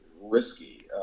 risky